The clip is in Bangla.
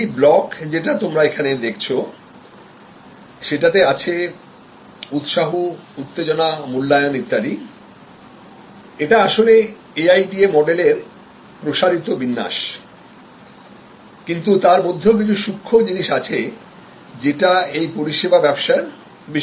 এই block যেটা তোমরা এখানে দেখছো সেটাতে আছেউৎসাহ উত্তেজনা মূল্যায়ন ইত্যাদি এটা আসলে AIDA মডেলের প্রসারিত বিন্যাস কিন্তু তার মধ্যেও কিছু সূক্ষ্ম জিনিস আছে যেটা এই পরিষেবা ব্যবসার বিশেষত্ব